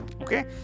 okay